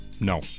No